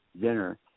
dinner